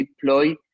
deploy